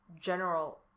general